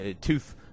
tooth